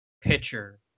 pitcher